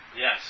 yes